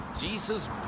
Jesus